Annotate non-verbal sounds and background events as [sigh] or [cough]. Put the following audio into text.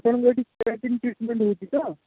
ଆପଣଙ୍କର ଏଠି [unintelligible] ଟ୍ରିଟ୍ମେଣ୍ଟ ହେଉଛି ତ